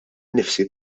nnifsi